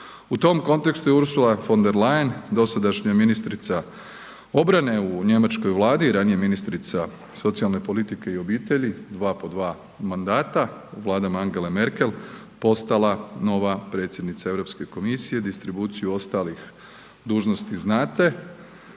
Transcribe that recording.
U tom kontekstu je Ursula von der Leyen, dosadašnja ministrica obrane u Njemačkoj Vladi, ranije ministrica socijalne politike i obitelji, dva po dva mandata u Vladi Angele Merkel postala nova predsjednica Europske komisije, distribuciju ostalih dužnosti znate.